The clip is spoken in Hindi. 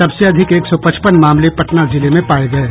सबसे अधिक एक सौ पचपन मामले पटना जिले में पाये गये